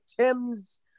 tim's